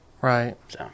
Right